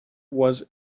was